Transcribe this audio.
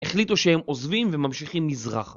החליטו שהם עוזבים וממשיכים מזרחה